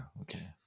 Okay